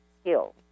skills